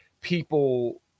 people